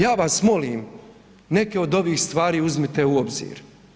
Ja vas molim, neke od ovih stvari uzmite u obzir.